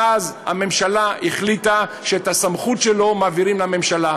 ואז הממשלה החליטה שאת הסמכות שלו מעבירים לממשלה.